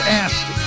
asked